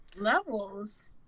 Levels